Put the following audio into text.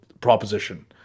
proposition